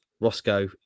Roscoe